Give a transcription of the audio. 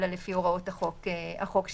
אלא לפי הוראות החוק שלנו.